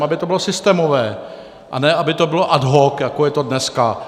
Aby to bylo systémové, a ne aby to bylo ad hoc, jako je to dneska.